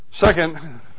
Second